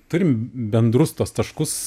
turim bendrus tuos taškus